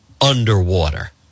underwater